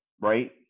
right